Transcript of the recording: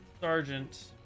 sergeant